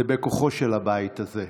זה בכוחו של הבית הזה.